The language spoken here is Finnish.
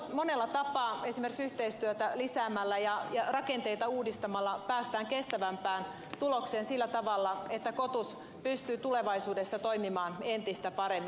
monella tapaa esimerkiksi yhteistyötä lisäämällä ja rakenteita uudistamalla päästään kestävämpään tulokseen sillä tavalla että kotus pystyy tulevaisuudessa toimimaan entistä paremmin